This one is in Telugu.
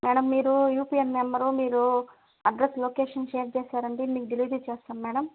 మేడం మీరు యూపీఎన్ నెంబరు మీరు అడ్రస్ లొకేషన్ షేర్ చేసారంటే మీకు డిలివరీ చేస్తాం మేడం